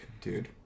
dude